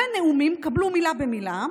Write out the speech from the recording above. ונאומים, קבלו, מילה במילה: